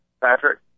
Patrick